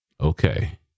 Okay